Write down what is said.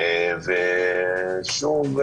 שוב,